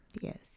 yes